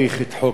זאת אומרת